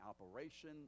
operation